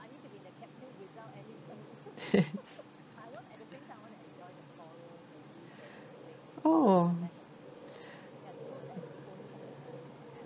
orh